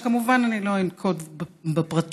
שכמובן אני לא אנקוב בפרטים,